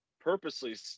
purposely